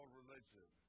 religion